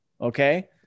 okay